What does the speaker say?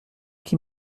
qui